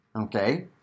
Okay